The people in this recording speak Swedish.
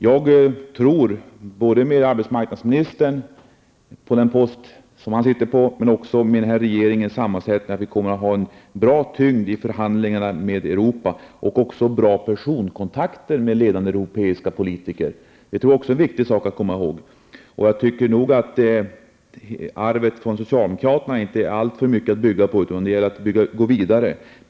Jag tror att vi genom vår arbetsmarknadsminister och den regeringssammansättning som nu gäller så att säga kommer att visa en bra tyngd i förhandlingarna med Europa och också goda personkontakter. Jag tänker då på kontakterna med ledande politiker ute i Europa. Jag tror att det är viktigt att också ha detta i minnet. Vidare vill jag säga att jag inte tycker att arvet från socialdemokraterna är särskilt mycket att bygga på. Därför gäller det att gå vidare här.